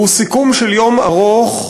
והוא סיכום של יום ארוך,